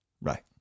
Right